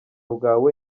bwawe